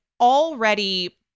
already